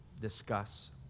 discuss